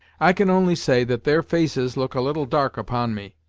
i can only say that their faces look a little dark upon me,